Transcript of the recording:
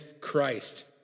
Christ